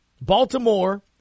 Baltimore